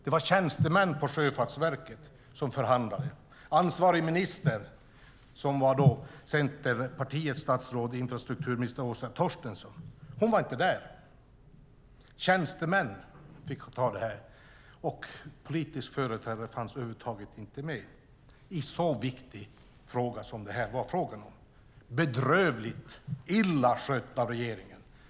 Det var tjänstemän på Sjöfartsverket som förhandlade. Dåvarande ansvarig minister, Centerpartiets statsråd och infrastrukturminister Åsa Torstensson, var inte där. Tjänstemän fick ta förhandlingarna. Någon politisk företrädare fanns över huvud taget inte med i en så viktig förhandling som det var fråga om. Det är bedrövligt illa skött av regeringen.